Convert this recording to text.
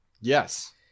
Yes